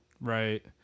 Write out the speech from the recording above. Right